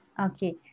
Okay